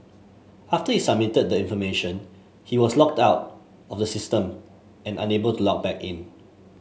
after he submitted the information he was logged out of the system and unable to log back in